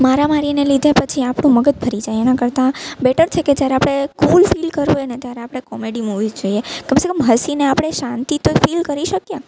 મારા મારી ને લીધે પછી આપણું મગજ ફરી જાય એના કરતા બેટર છે કે જ્યારે આપણે કુલ ફીલ કરવું હોય ને ત્યારે આપણે કોમેડી મુવીઝ જોઈએ કમસે કમ હસીને આપણે શાંતિ તો ફીલ કરી શકીએ